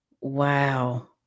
Wow